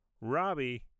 Robbie